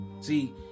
See